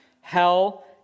hell